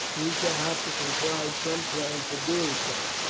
we shall have to contrive some plan for doing so.